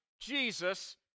Jesus